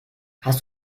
hast